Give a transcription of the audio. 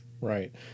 Right